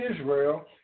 Israel